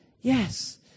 Yes